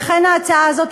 לכן ההצעה הזאת,